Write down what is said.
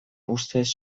ustez